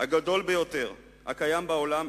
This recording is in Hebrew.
גם הגדול ביותר הקיים בעולם,